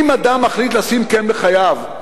אם אדם מחליט לשים קץ לחייו,